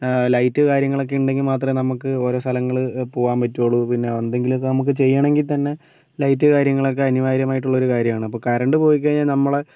light കാര്യങ്ങളൊക്കെ ഉണ്ടെങ്കിൽ മാത്രമേ നമുക്ക് ഓരോ സ്ഥലങ്ങള് പോകാൻ പറ്റുക ഉള്ളൂ പിന്നെ എന്തെങ്കിലും ഒക്കെ നമുക്ക് ചെയ്യണമെങ്കിൽ തന്നെ ലൈറ്റ് കാര്യങ്ങളൊക്കെ അനിവാര്യമായിട്ടുള്ള ഒരു കാര്യമാണ് അപ്പം കറൻറ്റ് പോയി കഴിഞ്ഞാൽ നമ്മള്